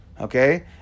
okay